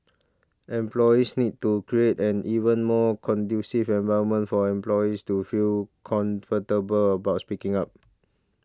employees need to create an even more conducive environment for employees to feel comfortable about speaking up